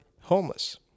homeless